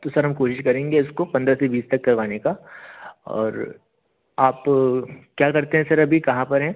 तो सर हम कोशिश करेंगे इसको पंद्रह से बीस तक करवाने का और आप क्या करते हैं सर अभी कहाँ पर हैं